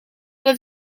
dat